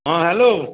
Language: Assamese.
অঁ হেল্ল'